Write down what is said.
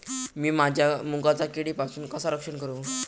मीया माझ्या मुगाचा किडीपासून कसा रक्षण करू?